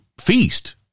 feast